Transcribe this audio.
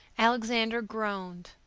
alexander groaned.